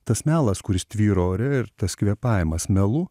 tas melas kuris tvyro ore ir tas kvėpavimas melu